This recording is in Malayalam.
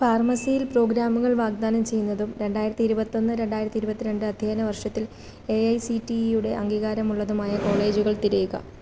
ഫാർമസിയിൽ പ്രോഗ്രാമുകൾ വാഗ്ദാനം ചെയ്യുന്നതും രണ്ടായിരത്തി ഇരുപത്തൊന്ന് രണ്ടായിരത്തി ഇരുപത്തിരണ്ട് അധ്യയന വർഷത്തിൽ A I C T E യുടെ അംഗീകാരമുള്ളതുമായ കോളേജുകൾ തിരയുക